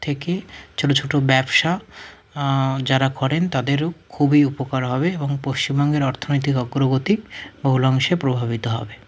থেকে ছোটো ছোটো ব্যবসা যারা করেন তাদেরও খুবই উপকার হবে এবং পশ্চিমবঙ্গের অর্থনৈতিক অগ্রগতি বহুল অংশে প্রভাবিত হবে